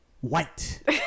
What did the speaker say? white